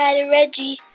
and reggie